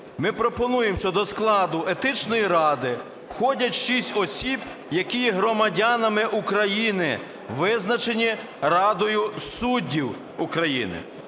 Ми пропонуємо, що до складу Етичної ради входять 6 осіб, які є громадянами України, визначені Радою суддів України.